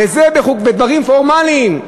וזה בדברים פורמליים.